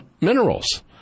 minerals